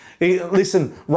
Listen